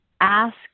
ask